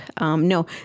No